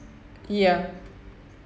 ya